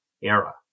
era